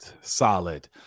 solid